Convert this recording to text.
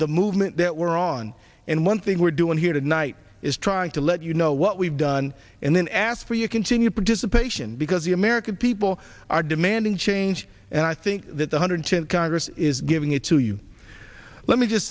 the movement that we're on and one thing we're doing here tonight is trying to let you know what we've done and then ask for your continued participation because the american people are demanding change and i think that one hundred tenth congress is giving it to you let me just